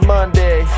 Monday